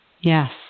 Yes